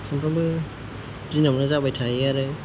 सामफ्रामबो दिनावनो जाबाय थायो आरो